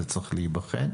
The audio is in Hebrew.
זה צריך להיבחן.